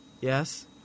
Yes